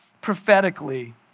prophetically